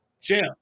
Jim